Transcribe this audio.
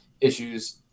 issues